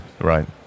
Right